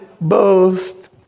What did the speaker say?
boast